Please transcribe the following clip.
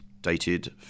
dated